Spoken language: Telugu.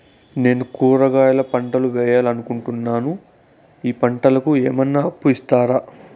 నేను కూరగాయల పంటలు వేయాలనుకుంటున్నాను, ఈ పంటలకు ఏమన్నా అప్పు ఇస్తారా?